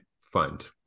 fund